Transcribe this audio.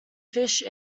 fish